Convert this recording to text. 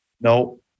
No